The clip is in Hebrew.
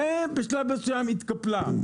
ובשלב מסוים התקפלה.